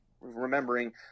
remembering